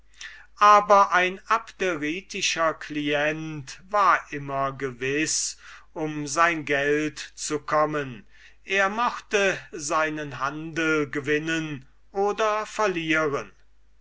aber ein abderitischer client war immer gewiß um sein geld zu kommen er mochte seinen handel gewinnen oder verlieren